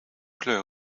kleur